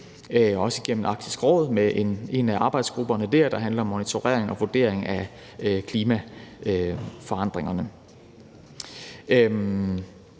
også igennem Arktisk Råd med en af arbejdsgrupperne, der handler om monitorering og vurdering af klimaforandringerne.